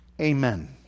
Amen